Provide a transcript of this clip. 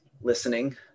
listening